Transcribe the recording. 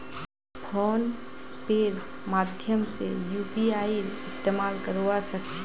phone पेर माध्यम से यूपीआईर इस्तेमाल करवा सक छी